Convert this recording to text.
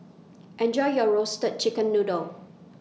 Enjoy your Roasted Chicken Noodle